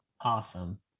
Awesome